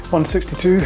162